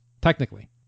technically